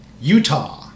Utah